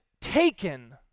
taken